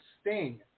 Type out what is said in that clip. Sting